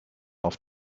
auf